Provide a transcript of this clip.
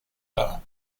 dar